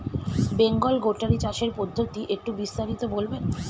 বেঙ্গল গোটারি চাষের পদ্ধতি একটু বিস্তারিত বলবেন?